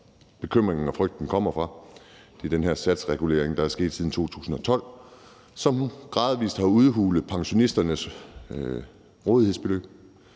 bekymringen og frygten udspringer af. Det er den her satsregulering, der er sket siden 2012, og som gradvis har udhulet pensionisternes rådighedsbeløb.